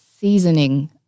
seasoning